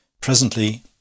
Presently